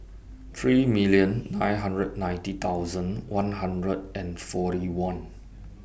three million nine hundred ninety thousand one hundred and forty one